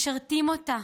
משרתים אותה,